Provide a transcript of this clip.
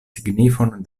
signifon